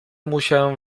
musiałem